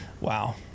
Wow